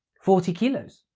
forty kilos.